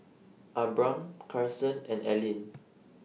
Abram Carson and Ellyn